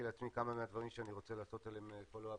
לעצמי כמה מהדברים שאני רוצה לעשות עליהם פולו אפ